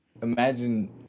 Imagine